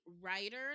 writer